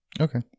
okay